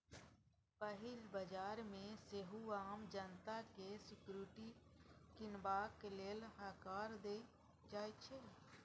पहिल बजार मे सेहो आम जनता केँ सिक्युरिटी कीनबाक लेल हकार देल जाइ छै